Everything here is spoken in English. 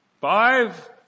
Five